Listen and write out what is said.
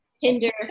Tinder